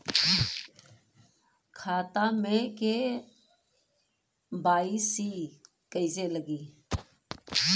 खाता में के.वाइ.सी कइसे लगी?